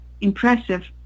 impressive